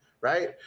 Right